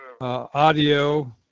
audio